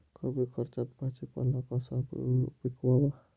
कमी खर्चात भाजीपाला कसा पिकवावा?